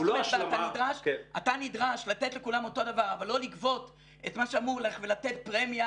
אתה נדרש לתת לכולם אותו דבר אבל לא לגבות את מה שאמור ללכת ולתת פרמיה